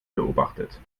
beobachtet